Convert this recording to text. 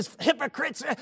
Hypocrites